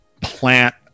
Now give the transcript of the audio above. plant